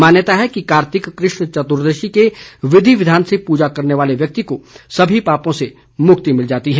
मान्यता है कि कार्तिक कृष्ण चतुर्दशी के विधि विधान से पूजा करने वाले व्यक्ति को सभी पापों से मुक्ति मिल जाती है